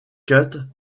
kate